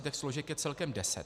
Těch složek je celkem deset.